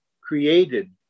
created